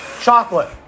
Chocolate